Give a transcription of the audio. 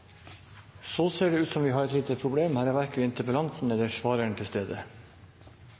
ser det ut til at vi har et problem, for verken interpellanten eller statsråden er til stede.